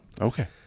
Okay